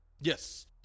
Yes